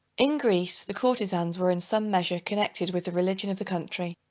in greece, the courtezans were in some measure connected with the religion of the country.